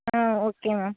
ah okay ma'am